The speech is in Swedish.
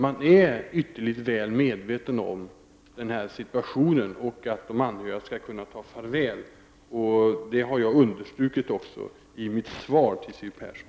Man är ytterligt väl medveten om situationen och om betydelsen av att de anhöriga skall kunna ta farväl, och det har jag understrukit i mitt svar till Siw Persson.